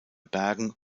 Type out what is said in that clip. bergen